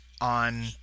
on